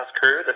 Crew